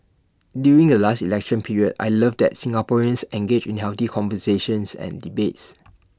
during the last election period I love that Singaporeans engage in healthy conversations and debates